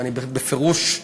ואני בפירוש,